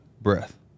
breath